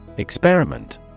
Experiment